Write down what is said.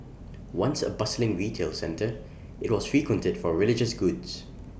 once A bustling retail centre IT was frequented for religious goods